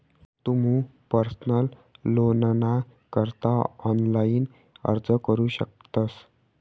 तुमू पर्सनल लोनना करता ऑनलाइन अर्ज करू शकतस